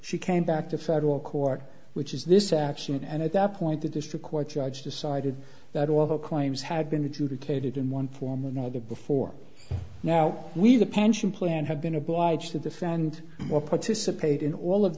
she came that the federal court which is this action and at that point the district court judge decided that all the claims had been adjudicated in one form or another before now we the pension plan have been obliged to defend or participate in all of